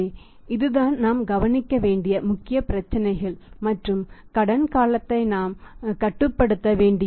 எனவே இதுதான் நாம் கவனிக்க வேண்டிய முக்கிய பிரச்சினைகள் மற்றும் கடன் காலத்தை நாம் கட்டுப்படுத்த வேண்டியிருக்கும்